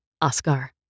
Oscar